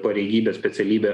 pareigybę specialybę